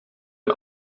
ein